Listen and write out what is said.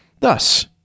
Thus